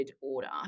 order